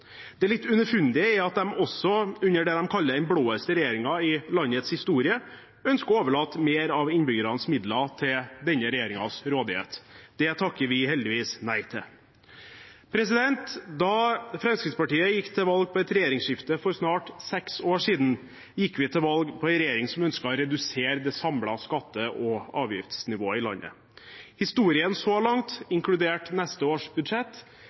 Det litt underfundige er at de også, under det de kaller den blåeste regjeringen i landets historie, ønsker å overlate mer av innbyggernes midler til denne regjeringens rådighet. Det takker vi heldigvis nei til. Da Fremskrittspartiet gikk til valg på et regjeringsskifte for snart seks år siden, gikk vi til valg på en regjering som ønsket å redusere det samlede skatte- og avgiftsnivået i landet. Historien så langt, inkludert neste års budsjett,